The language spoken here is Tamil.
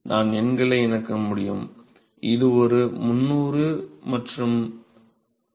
நான் எண்களை இணைக்க முடியும் இது ஒரு 300 மற்றும் 4